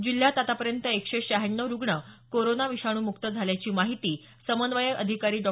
जिल्ह्यात आतापर्यंत एकशे श्यहाण्णव रुग्ण कोरोना विषाणू मुक्त झाल्याची माहिती समन्वयक अधिकारी डॉ